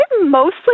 mostly